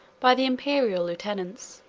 by the imperial lieutenants.